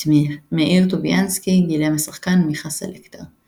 את מאיר טוביאנסקי גילם השחקן מיכה סלקטר.